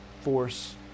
force